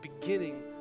beginning